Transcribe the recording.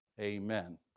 amen